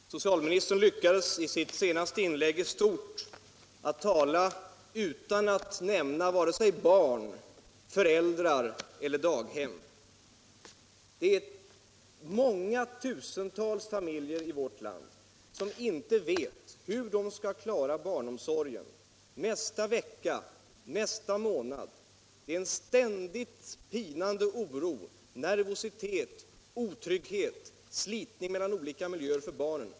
Herr talman! Socialministern lyckades i sitt senaste inlägg tala utan att nämna vare sig barn, föräldrar eller daghem. Det är många tusentals familjer i vårt land som inte vet hur de skall klara barnomsorgen nästa vecka, nästa månad. Det är en ständigt pinande oro, nervositet, otrygghet, slitning mellan olika miljöer för barnen.